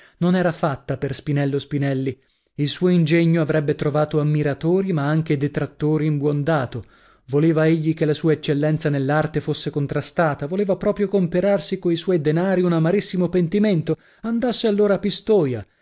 non era fatta per spinello spinelli il suo ingegno avrebbe trovato ammiratori ma anche detrattori in buon dato voleva egli che la sua eccellenza nell'arte fosse contrastata voleva proprio comperarsi co suoi danari un amarissimo pentimento andasse allora a pistoia